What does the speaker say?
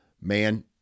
man